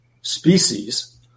species